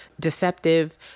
deceptive